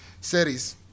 series